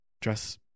dress